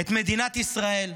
את מדינת ישראל,